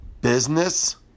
business